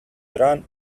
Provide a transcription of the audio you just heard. run